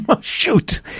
Shoot